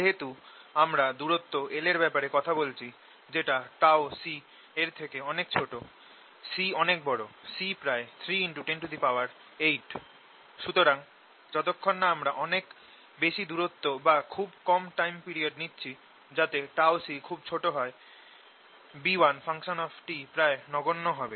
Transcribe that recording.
যেহেতু আমরা দূরত্ব l এর ব্যাপারে কথা বলছি যেটা τC এর থেকে অনেক ছোট C অনেক বড় C প্রায় 3×108 সুতরাং যতক্ষণ না আমরা অনেক বেশি দূরত্ব বা খুব কম টাইম পিরিয়ড নিচ্ছি যাতে τC খুব ছোট হয় B1 প্রায় নগণ্য হবে